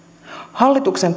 hallituksen